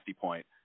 point